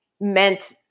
meant